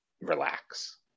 relax